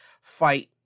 fight